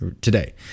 today